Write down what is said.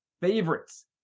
favorites